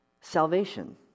salvation